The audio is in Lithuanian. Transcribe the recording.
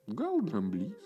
gal dramblys